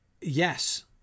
Yes